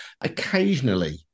occasionally